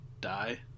die